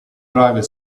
driver